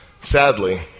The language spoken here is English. Sadly